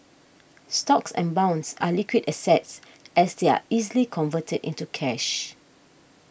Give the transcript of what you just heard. stocks and bonds are liquid assets as they are easily converted into cash